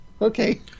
Okay